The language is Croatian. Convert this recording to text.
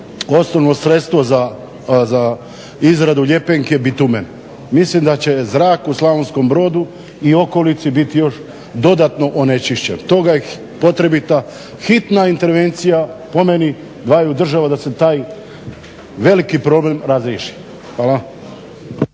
osnovno sredstvo za izradu ljepenki je bitumen. Mislim da će zrak u Slavonskom Brodu i okolici biti još dodatno onečišćen. Stoga je potrebita hitna intervencija po meni dvaju država da se taj veliki problem razriješi. Hvala.